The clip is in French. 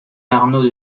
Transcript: arnaud